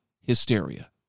hysteria